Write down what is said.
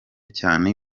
cyane